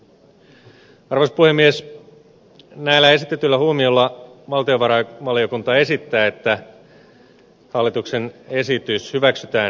näillä esitetyillä huomioilla valtiovarainvaliokunta esittää että hallituksen esitys hyväksytään muuttamattomana